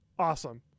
Awesome